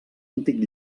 antic